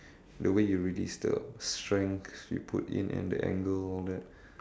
the way you release the strength you put in and the angle all that